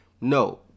No